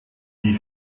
die